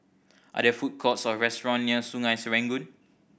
are there food courts or restaurant near Sungei Serangoon